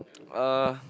uh